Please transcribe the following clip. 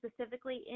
specifically